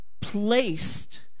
placed